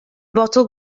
bottle